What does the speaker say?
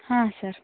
ಹಾಂ ಸರ್